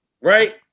right